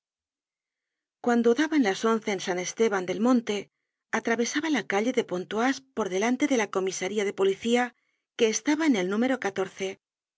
cuando daban las once en san estéban del monte atravesaba la calle de pontoise por delante de la comisaría de policía que estaba en el número